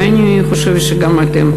אני חושבת שגם אתם,